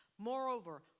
Moreover